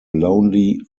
lonely